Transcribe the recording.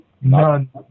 None